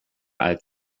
alt